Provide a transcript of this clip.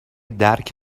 درک